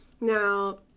Now